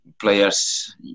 players